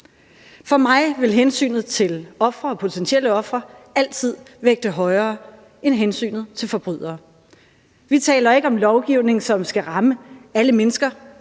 For mig vil hensynet til ofre og potentielle ofre altid vægte højere end hensynet til forbrydere. Vi taler ikke om lovgivning, som skal ramme alle mennesker